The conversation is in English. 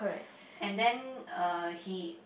and then uh he